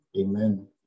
Amen